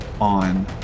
on